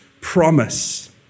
promise